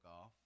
off